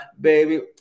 baby